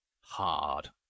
Hard